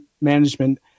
management